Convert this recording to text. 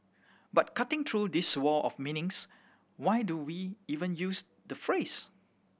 but cutting through this wall of meanings why do we even use the phrase